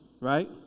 right